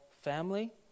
family